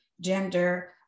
gender